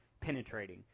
penetrating